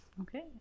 Okay